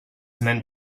meant